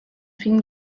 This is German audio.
fing